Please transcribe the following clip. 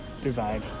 divide